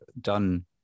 done